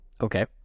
Okay